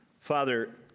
Father